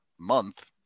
Month